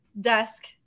desk